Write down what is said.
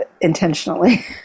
intentionally